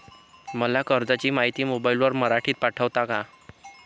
मला कर्जाची माहिती मोबाईलवर मराठीत पाठवता का?